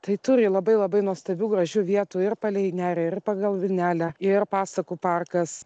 tai turi labai labai nuostabių gražių vietų ir palei nerį ir pagal vilnelę ir pasakų parkas